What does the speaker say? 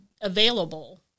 available